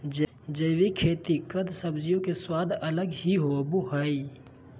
जैविक खेती कद सब्जियों के स्वाद अलग ही होबो हइ